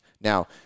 Now